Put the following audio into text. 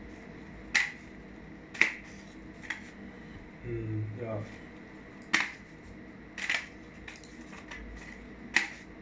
mmhmm ya